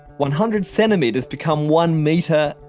one hundred centimeters become one meter,